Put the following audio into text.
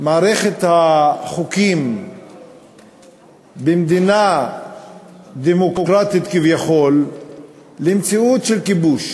מערכת החוקים במדינה דמוקרטית כביכול למציאות של כיבוש.